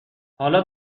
حالا